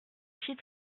fit